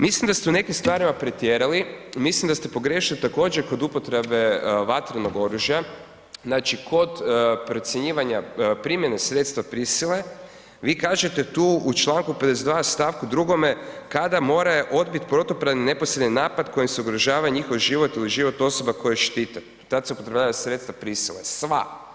Mislim da ste u nekim stvarima pretjerali, mislim da ste pogriješili također kod upotrebe vatrenog oružja, znači kod procjenjivanja primjene sredstava prisile, vi kažete tu u članku 52. stavku 2. kada moraju odbiti protupravni neposredni napad kojim se ugrožava njihov život ili život osoba koje štite, tad se upotrebljavaju sredstva prisile, sva.